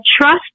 trust